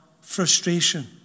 frustration